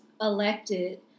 elected